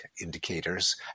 indicators